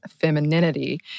femininity